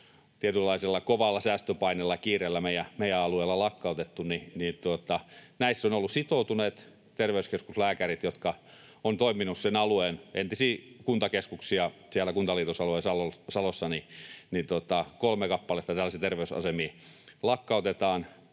tietynlaisella kovalla säästöpaineella ja kiireellä meidän alueella lakkautettu, on ollut sitoutuneita terveyskeskuslääkäreitä, jotka ovat toimineet siellä alueella, entisissä kuntakeskuksissa siellä kuntaliitosalueella Salossa. Kolme kappaletta tällaisia terveysasemia lakkautetaan